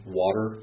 water